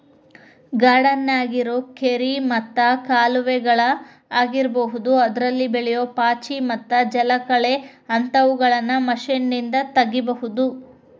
ಗಾರ್ಡನ್ಯಾಗಿರೋ ಕೆರಿ ಮತ್ತ ಕಾಲುವೆಗಳ ಆಗಿರಬಹುದು ಅದ್ರಲ್ಲಿ ಬೆಳಿಯೋ ಪಾಚಿ ಮತ್ತ ಜಲಕಳೆ ಅಂತವುಗಳನ್ನ ಮಷೇನ್ನಿಂದ ತಗಿಬಹುದು